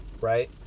right